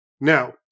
Now